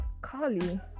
Carly